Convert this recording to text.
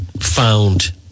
found